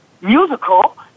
musical